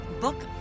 book